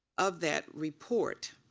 of that report.